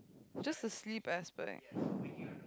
just the sleep aspect